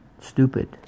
stupid